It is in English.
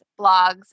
blogs